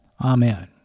Amen